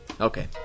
Okay